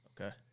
Okay